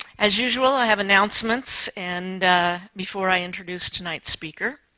as usual, i have announcements and before i introduce tonight's speaker.